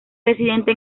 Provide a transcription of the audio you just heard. residente